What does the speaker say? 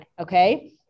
okay